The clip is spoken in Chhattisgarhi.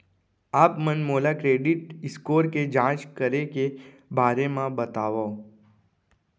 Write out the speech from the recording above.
आप मन मोला क्रेडिट स्कोर के जाँच करे के बारे म बतावव?